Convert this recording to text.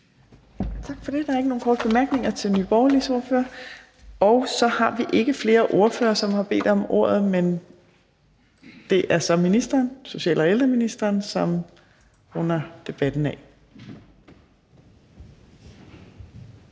Tak for det. Der er ikke nogen bemærkninger til Nye Borgerliges ordfører. Der er ikke flere ordførere, som har bedt om ordet, og så er det social- og ældreministeren, som runder debatten af.